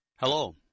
Hello